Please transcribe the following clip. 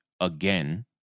again